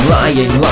lying